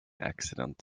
accident